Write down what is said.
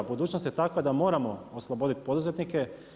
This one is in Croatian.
Budućnost je takva da moramo osloboditi poduzetnike.